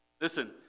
Listen